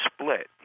split